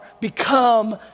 become